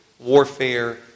warfare